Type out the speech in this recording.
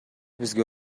бизге